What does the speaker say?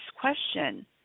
question